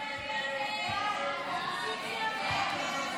הסתייגות 6 לא נתקבלה.